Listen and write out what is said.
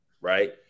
Right